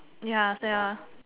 ya ya